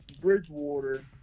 Bridgewater